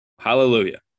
Hallelujah